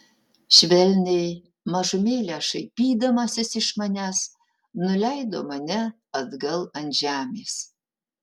švelniai mažumėlę šaipydamasis iš manęs nuleido mane atgal ant žemės